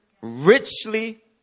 richly